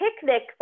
picnic